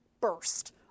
burst